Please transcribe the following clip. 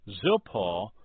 Zilpah